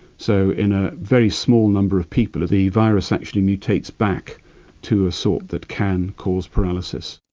so in a very small number of people, the virus actually mutates back to a sort that can cause paralysis.